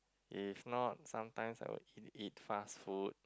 if not sometimes I will eat eat fast food